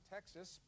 Texas